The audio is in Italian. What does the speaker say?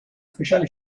speciale